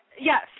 yes